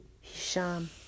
Hisham